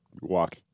walk